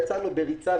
יצאנו בריצה,